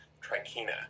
trichina